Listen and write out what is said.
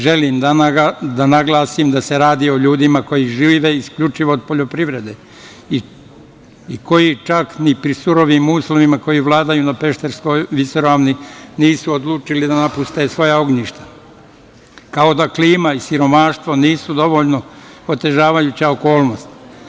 Želim da naglasim da se radi o ljudima koji žive isključivo od poljoprivrede i koji čak ni pri surovim uslovima koji vladaju na Pešterskoj visoravni nisu odlučili da napuste svoja ognjišta, kao da klima i siromaštvo nisu dovoljno otežavajuća okolnost.